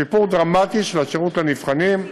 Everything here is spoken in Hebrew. שיפור דרמטי של השירות לנבחנים,